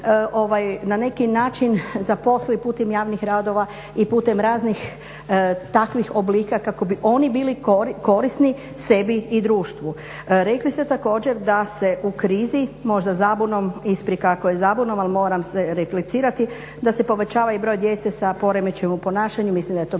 na neki način zaposli putem javnih radova i putem raznih takvih oblika kako bi oni bili korisni sebi i društvu. Rekli ste također da se u krizi možda zabunom, isprika ako je zabunom, ali moram se replicirati da se povećava i broj djece sa poremećajem u ponašanju, mislim da je to